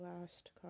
last